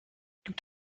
gibt